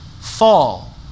fall